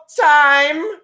Time